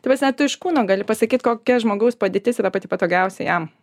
ta prasme tu iš kūno gali pasakyt kokia žmogaus padėtis yra pati patogiausia jam